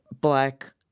black